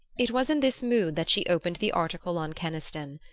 it was in this mood that she opened the article on keniston.